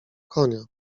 konia